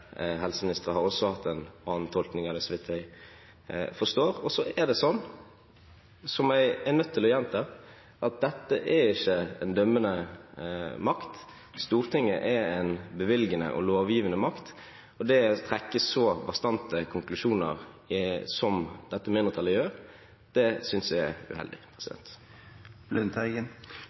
har også hatt en annen tolkning av dette, så vidt jeg forstår. Så er det sånn – som jeg er nødt til å gjenta – at dette ikke er en dømmende makt. Stortinget er en bevilgende og lovgivende makt, og det å trekke så bastante konklusjoner som dette mindretallet gjør, synes jeg er uheldig.